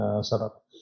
setup